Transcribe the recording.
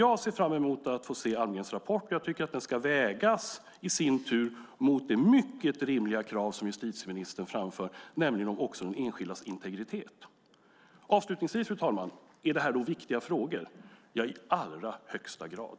Jag ser fram emot att få se Almgrens rapport, och jag tycker att den i sin tur ska vägas mot de mycket rimliga krav som justitieministern framför, nämligen att värna de enskildas integritet. Fru talman! Är det här viktiga frågor? Ja, i allra högsta grad.